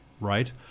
right